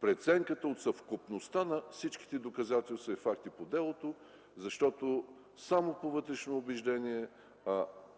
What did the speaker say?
преценката от съвкупността на всички доказателства и факти по делото, защото само по вътрешно убеждение